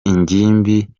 ingimbi